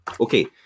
Okay